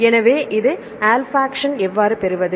எனவே இந்தஆல்ஃபாக்டன்னை எவ்வாறு பெறுவது